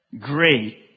Great